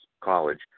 college